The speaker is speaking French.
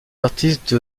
artistes